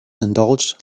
indulged